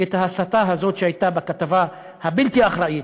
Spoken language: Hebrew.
את ההסתה הזאת שהייתה בכתבה הבלתי-אחראית,